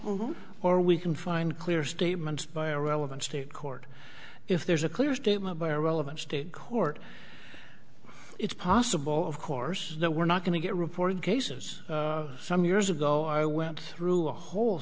or we can find clear statements by a relevant state court if there's a clear statement by a relevant state court it's possible of course that we're not going to get reported cases some years ago i went through a whole